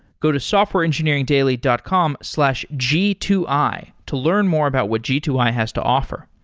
go to softwareengineeringdaily dot com slash g two i to learn more about what g two i has to offer.